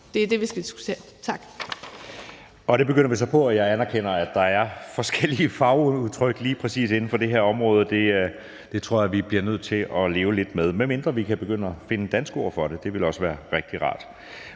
Det er det, vi skal diskutere. Tak.